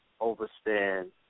overstand